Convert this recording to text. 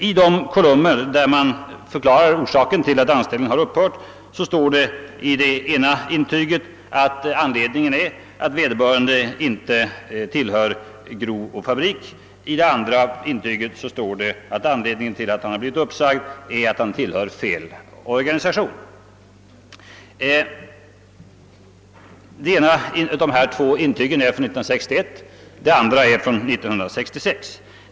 I de kolumner, där anledningen till att anställningen upphört skall anges, står det i det ena intyget att vederbörande inte tillhör Grov och Fabriks och i det andra »tillhör fel organisation». Det ena intyget är från år 1961 och det andra från år 1966.